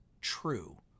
true